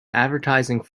advertising